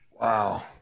Wow